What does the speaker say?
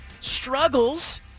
struggles